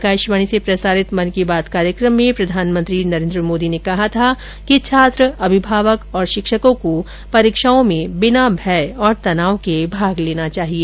आकाशवाणी से प्रसारित मन की बात कार्यक्रम में प्रधानमंत्री नरेन्द्र मोदी ने कहा था कि छात्र अभिभावक और शिक्षकों को परीक्षाओं में बिना भय और तनाव के भाग लेना चाहिए